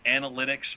analytics